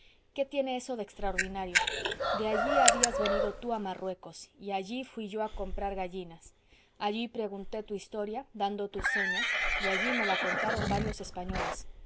qué tiene eso de extraordinario de allí habías venido tú a marruecos y allí fuí yo a comprar gallinas allí pregunté tu historia dando tus señas y allí me la contaron varios españoles